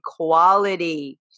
equality